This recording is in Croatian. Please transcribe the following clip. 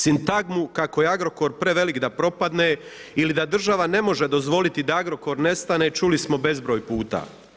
Sintagmu kako je Agrokor prevelik da propadne ili da država ne može dozvoliti da Agrokor nestane čuli smo bezbroj puta.